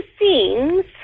scenes